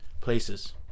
places